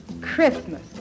Christmas